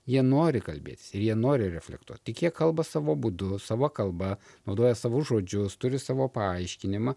jie nori kalbėtis ir jie nori reflektuoti tik jie kalba savo būdu savo kalba naudoja savus žodžius turi savo paaiškinimą